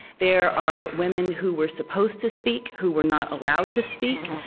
there are women who were supposed to speak, who were not allowed to speak.